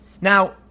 Now